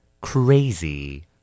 crazy